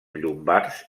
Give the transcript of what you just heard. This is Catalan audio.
llombards